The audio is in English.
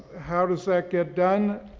how does that get done?